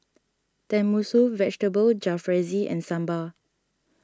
Tenmusu Vegetable Jalfrezi and Sambar